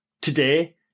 Today